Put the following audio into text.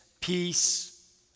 peace